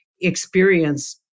experience